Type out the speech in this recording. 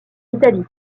italie